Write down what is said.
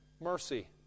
mercy